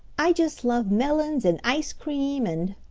i just love melons and ice cream and